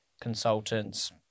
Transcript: consultants